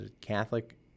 Catholic